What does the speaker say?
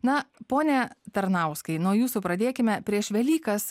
na pone tarnauskai nuo jūsų pradėkime prieš velykas